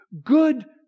good